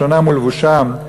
לשונם ולבושם,